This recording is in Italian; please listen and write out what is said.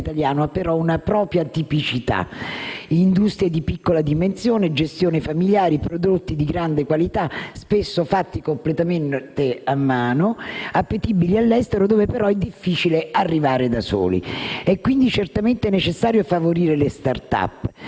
industriale italiano ha però una propria tipicità: industrie di piccola dimensione, gestione familiare, prodotti di grande qualità, spesso fatti completamente a mano, appetibili all'estero, dove però è difficile arrivare da soli. È quindi certamente necessario favorire le *start-up*,